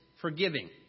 forgiving